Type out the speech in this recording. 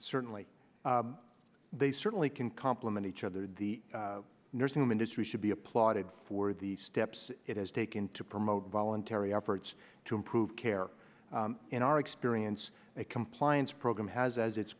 certainly they certainly can complement each other the nursing home industry should be applauded for the steps it has taken to promote voluntary efforts to improve care in our experience a compliance program has